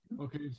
Okay